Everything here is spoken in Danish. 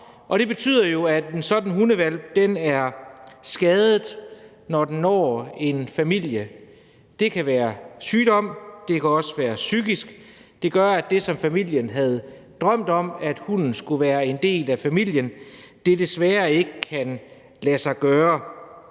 det betyder, at sådan en hundehvalp er skadet, når den når en familie. Det kan være sygdom, det kan også være psykisk, og det gør, at det, som familien havde drømt om, nemlig at hunden skulle være en del af familien, desværre ikke kan lade sig gøre.